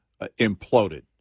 imploded